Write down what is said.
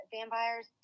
vampires